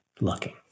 looking